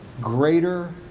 greater